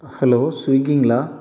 hello ஸ்விக்கிங்களா